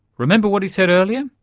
remember what he said earlier?